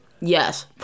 Yes